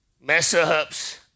mess-ups